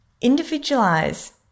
individualize